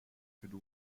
could